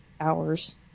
Hours